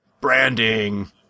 branding